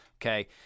okay